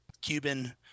cuban